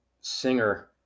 singer